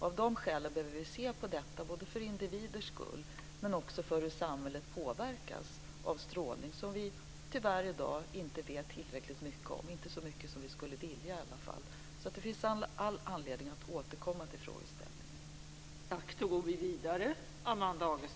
Av de skälen behöver vi se på detta - för individernas skull, men också för att få veta hur samhället påverkas av strålning, vilket vi tyvärr i dag inte vet tillräckligt mycket om, åtminstone inte så mycket som vi skulle vilja. Det finns alltså all anledning att återkomma till frågeställningen.